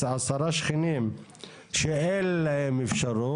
עשרה שכנים שאין להם אפשרות,